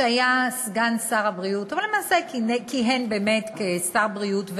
שהיה סגן שר הבריאות אבל למעשה כיהן באמת כשר הבריאות,